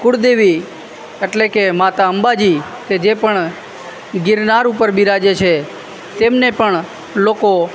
કુળદેવી એટલે કે માતા અંબાજી કે જે પણ ગિરનાર ઉપર બિરાજે છે તેમને પણ લોકો